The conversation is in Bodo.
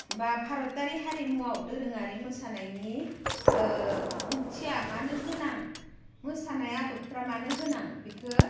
बा भारतारि हारिमुआव दोरोङारि मोसानायनि ओंथिया मानो गोनां मोसानाय आदबफ्रा मानो गोनां बेखो